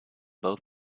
both